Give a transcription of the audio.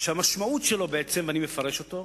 שהמשמעות שלו, בעצם, ואני מפרש אותו: